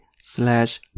slash